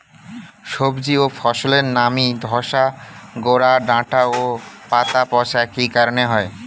সবজি ও ফসলে নাবি ধসা গোরা ডাঁটা ও পাতা পচা কি কারণে হয়?